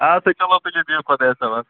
اَدٕ سا چَلو تُلِو بِہِو خۄدایس حَوال